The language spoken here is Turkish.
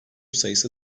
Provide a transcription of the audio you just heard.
sayısı